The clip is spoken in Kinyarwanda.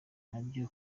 nabyo